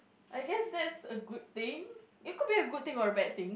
I guess that's a good thing it could be a good thing or a bad thing